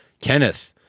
Kenneth